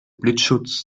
blitzschutz